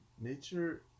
Nature